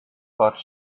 but